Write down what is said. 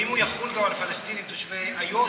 האם הוא יחול גם על פלסטינים תושבי איו"ש?